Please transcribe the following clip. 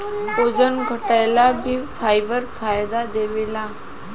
ओजन घटाएला भी फाइबर फायदा देवेला